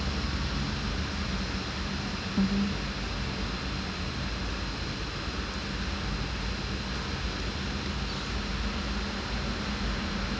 mmhmm